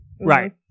Right